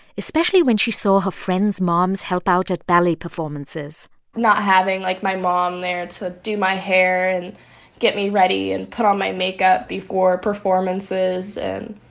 especially when she saw her friends' moms help out at ballet performances not having, like, my mom there to do my hair and get me ready and put on my makeup before performances and,